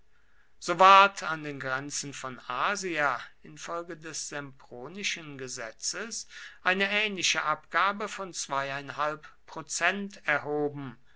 so ward an den grenzen von asia infolge des sempronischen gesetzes eine ähnliche abgabe von zweieinhalb prozent erhoben